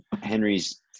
Henry's